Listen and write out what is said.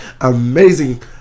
amazing